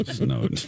no